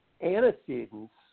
antecedents